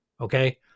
Okay